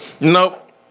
Nope